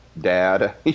dad